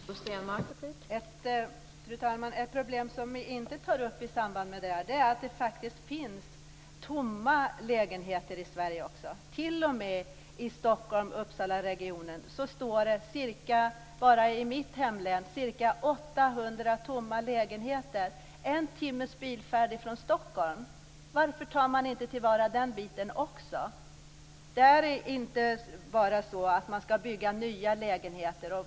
Fru talman! Ett problem som vi inte tar upp i samband med det här är att det faktiskt också finns tomma lägenheter i Sverige, t.o.m. i Stockholms och Uppsalaregionen. Bara i mitt hemlän står det ca 800 tomma lägenheter. Det är en timmes bilfärd från Stockholm. Varför tar man inte vara på den biten också? Det är inte bara så att man ska bygga nya lägenheter.